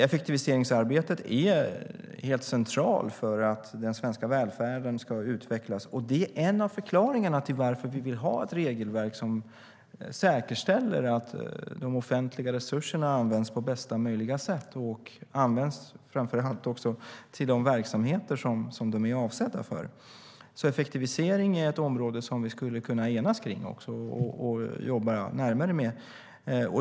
Effektiviseringsarbetet är helt centralt för att den svenska välfärden ska utvecklas, och det är en av förklaringarna till varför vi vill ha ett regelverk som säkerställer att de offentliga resurserna används på bästa möjliga sätt och framför allt används till de verksamheter som de är avsedda för. Effektivisering är ett område som vi skulle kunna enas kring och jobba närmare med.